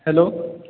hello